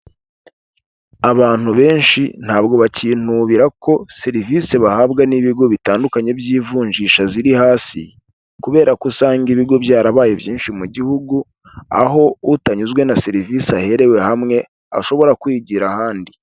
Abantu benshi ntabwo bacyinubira ko serivisi bahabwa n'ibigo bitandukanye by'ivunjisha ziri hasi, kubera ko usanga ibigo byarabaye byinshi mu Gihugu, aho utanyuzwe na serivisi aherewe hamwe ashobora kwigira ahandi.